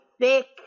thick